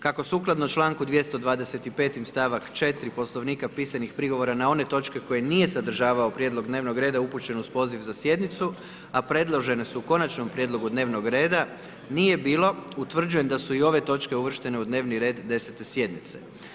Kako sukladno čl. 225. stavak 4. Poslovnika pisanih prigovara na one točke koje nije sadržavao prijedlog dnevnog reda, upućen uz poziv za sjednicu, a predložene su konačnom prijedlogu dnevnog reda, nije bilo, utvrđujem da su i ove točke uvrštene u dnevni red 10. sjednice.